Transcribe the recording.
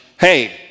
hey